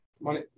money